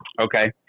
Okay